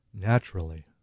naturally